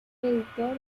editor